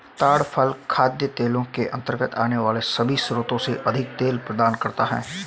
ताड़ फल खाद्य तेलों के अंतर्गत आने वाले सभी स्रोतों से अधिक तेल प्रदान करता है